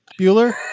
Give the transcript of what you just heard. Bueller